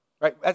right